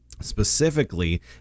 Specifically